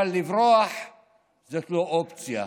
אבל לברוח זו לא אופציה.